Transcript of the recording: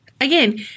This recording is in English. Again